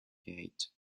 gate